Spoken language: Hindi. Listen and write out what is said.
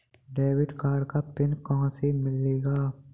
डेबिट कार्ड का पिन कहां से मिलेगा?